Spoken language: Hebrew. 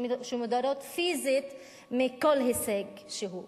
שמודרות פיזית מכל הישג שהוא.